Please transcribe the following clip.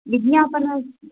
विज्ञापना